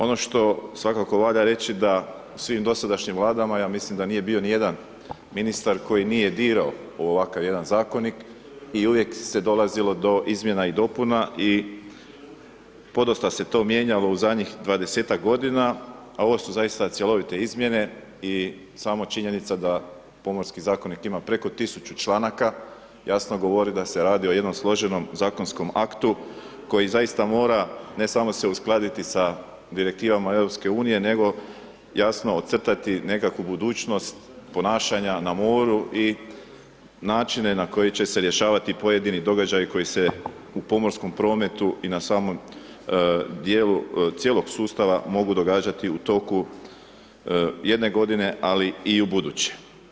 Ono što svakako valja reći da u svim dosadašnjim Vladama, ja mislim da nije bio nijedan ministar koji nije dirao u ovakav jedan zakonik i uvijek se dolazilo do izmjena i dopuna i podosta se to mijenjalo u zadnjih 20-tak godina, a ovo su zaista cjelovite izmjene i samo činjenica da Pomorski zakonik ima preko 1000 članaka, jasno govori da se radi o jednom složenom zakonskom aktu koji zaista mora, ne samo se uskladiti sa Direktivama EU, nego jasno ocrtati nekakvu budućnost ponašanja na moru i načine na koje će se rješavati pojedini događaji koji se u pomorskom prometu i na samom dijelu cijelog sustava mogu događati u toku jedne godine, ali i u buduće.